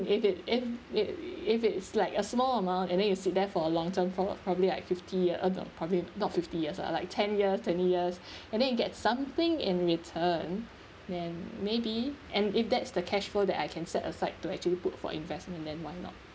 if it if it if it's like a small amount and then you sit there for a long term for probably like fifty years or probably not fifty years lah like ten years twenty years and then you get something in return then maybe and if that's the cash flow that I can set aside to actually put for investment then why not